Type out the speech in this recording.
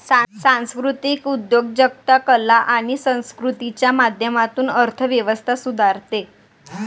सांस्कृतिक उद्योजकता कला आणि संस्कृतीच्या माध्यमातून अर्थ व्यवस्था सुधारते